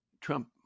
Trump